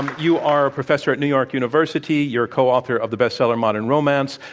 you are a professor at new york university. you're co-author of the best-seller, modern romance.